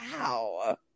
wow